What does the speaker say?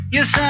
Yes